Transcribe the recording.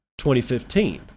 2015